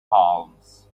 palms